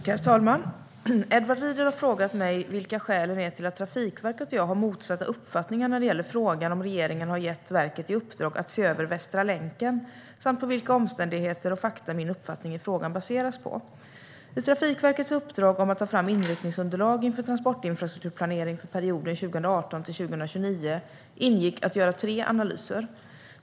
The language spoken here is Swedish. Herr talman! Edward Riedl har frågat mig vilka skälen är till att Trafikverket och jag har motsatta uppfattningar när det gäller frågan om regeringen har gett verket i uppdrag att se över Västra länken samt på vilka omständigheter och fakta min uppfattning i frågan baseras. I Trafikverkets uppdrag att ta fram inriktningsunderlag inför transportinfrastrukturplanering för perioden 2018-2029 ingick att göra tre analyser.